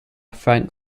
frank